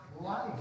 life